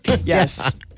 Yes